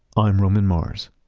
i'm roman mars